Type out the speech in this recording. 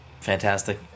fantastic